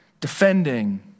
defending